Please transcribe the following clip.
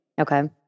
Okay